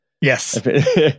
Yes